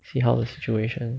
see how the situation